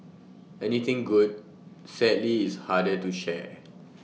anything good sadly is harder to share